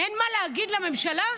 אין מה להגיד לממשלה?